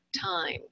time